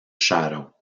shadow